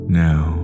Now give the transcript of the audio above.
now